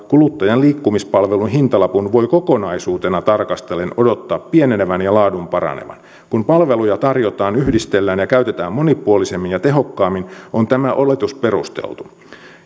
kuluttajan liikkumispalvelun hintalapun voi kokonaisuutena tarkastellen odottaa pienenevän ja laadun paranevan kun palveluja tarjotaan yhdistellään ja käytetään monipuolisemmin ja tehokkaammin on tämä oletus perusteltu